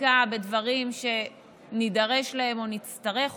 חקיקה ודברים שנידרש להם או נצטרך אותם.